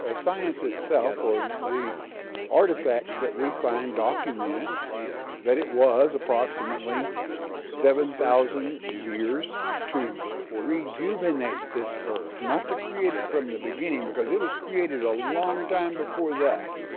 ah science itself or the artifacts that we find document that it was approximately seven thousand years to rejuvenate this earth, not to create it from the beginning, because it was created a long time before that,